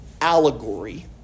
allegory